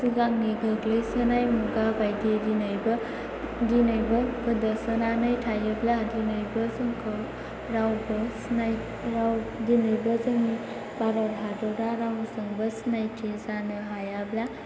सिगांनि गोग्लैसोनाय मुगा बायदि दिनैबो गोदोसोनानै थायोब्ला दिनैबो जोंखौ रावबो सिनाया दिनैबो जोंनि भारत हादरा रावजोंबो सिनायथि जानो हायाब्ला